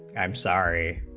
i'm sorry